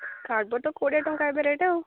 cardboard ତ କୋଡ଼ିଏ ଟଙ୍କା ଏବେ ରେଟ୍ ଆଉ